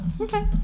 okay